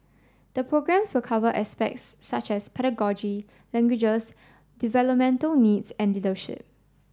the programmes will cover aspects such as pedagogy languages developmental needs and leadership